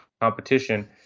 competition